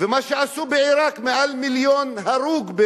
ומה שעשו בעירק, מעל מיליון הרוגים.